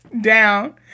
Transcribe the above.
down